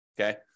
okay